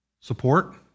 Support